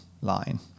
line